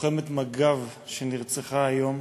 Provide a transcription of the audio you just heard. לוחמת מג"ב שנרצחה היום,